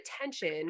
attention